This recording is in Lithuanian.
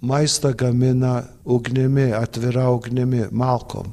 maistą gamina ugnimi atvira ugnimi malkom